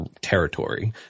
territory